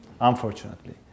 Unfortunately